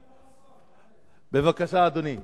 בבקשה, אדוני.